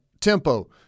tempo